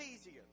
easier